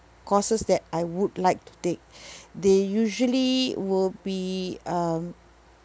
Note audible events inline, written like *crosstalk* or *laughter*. courses that I would like to take *breath* they usually will be um